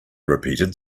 repeated